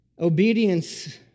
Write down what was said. obedience